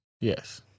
Yes